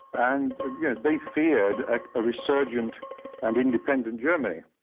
and yeah they feared a resurgent and independent germany,